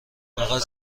فقط